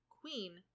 queen